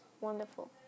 wonderful